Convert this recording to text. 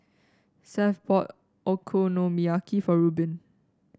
Seth bought Okonomiyaki for Rubin